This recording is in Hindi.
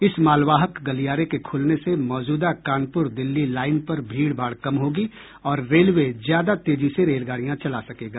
इस मालवाहक गलियारे के खुलने से मौजूदा कानपुर दिल्ली लाइन पर भीड़ भाड़ कम होगी और रेलवे ज्यादा तेजी से रेलगाडियां चला सकेगा